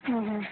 ಹ್ಞೂ ಹ್ಞೂ